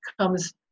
comes